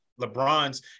LeBron's